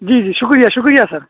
جی جی شکریہ شکریہ سر